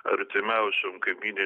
artimiausiom kaimyninėm